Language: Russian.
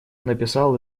написал